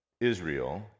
Israel